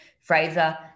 Fraser